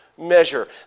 measure